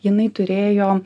jinai turėjo